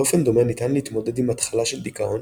באופן דומה ניתן להתמודד עם התחלה של דיכאון,